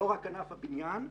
לא רק בענף הבניין,